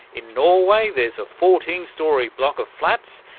in norway there's a fourteen storey block of flats,